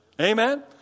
Amen